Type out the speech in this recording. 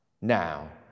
now